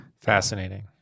Fascinating